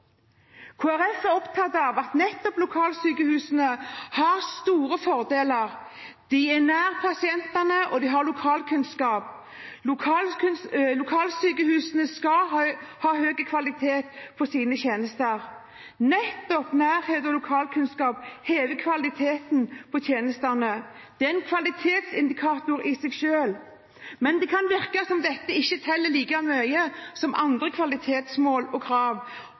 Folkeparti er opptatt av at nettopp lokalsykehusene har store fordeler – de er nær pasientene og har lokalkunnskap. Lokalsykehusene skal ha høy kvalitet på sine tjenester. Nettopp nærhet og lokalkunnskap hever kvaliteten på tjenestene og er en kvalitetsindikator i seg selv. Det kan virke som om dette ikke teller like mye som andre kvalitetsmål og krav